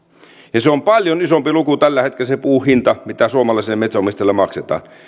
ja se puun hinta on paljon isompi luku tällä hetkellä kuin suomalaiselle metsänomistajalle maksetaan